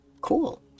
Cool